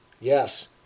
Yes